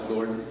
Lord